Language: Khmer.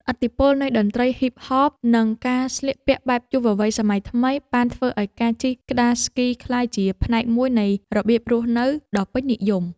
ឥទ្ធិពលនៃតន្ត្រីហ៊ីបហប និងការស្លៀកពាក់បែបយុវវ័យសម័យថ្មី បានធ្វើឱ្យការជិះក្ដារស្គីក្លាយជាផ្នែកមួយនៃរបៀបរស់នៅដ៏ពេញនិយម។